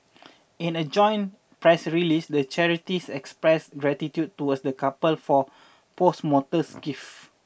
in a joint press release the charities expressed gratitude towards the couple for posthumous gift